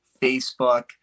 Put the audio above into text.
Facebook